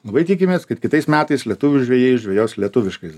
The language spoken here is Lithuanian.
labai tikimės kad kitais metais lietuvių žvejai žvejos lietuviškais